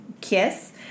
kiss